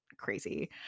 Crazy